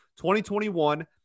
2021